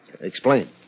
Explain